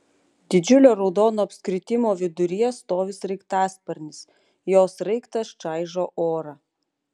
didžiulio raudono apskritimo viduryje stovi sraigtasparnis jo sraigtas čaižo orą